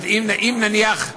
אם, נניח,